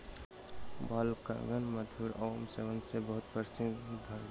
बालकगण मधुर आमक सेवन सॅ बहुत प्रसन्न भेल